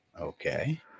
Okay